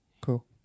cool